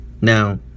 Now